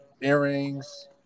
earrings